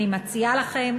אני מציעה לכם,